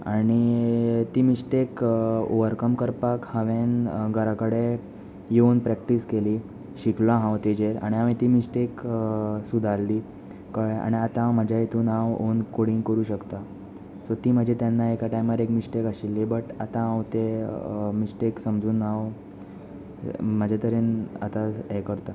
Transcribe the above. आनी ती mistake overcome करपाक हांवें घरा कडेन येवन प्रॅक्टीस केली शिकलो हांव तेजेर आणी हांवेन ती मिश्टेक सुदारली कळें आनी आतां हांव म्हाज्या हितून हांव ओन कोडींग करूं शकतां सो ती म्हाजी तेन्ना एका टायमार एक मिश्टेक आशिल्ली बट आतां हांव ते मिश्टेक समजून हांव म्हाज्या तरेन आतां हें करतांं